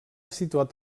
situat